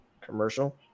commercial